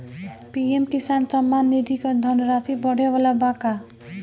PM Kisan Samman Nidhi क धनराशि बढ़े वाला बा का?